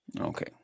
Okay